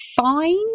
fine